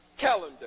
calendar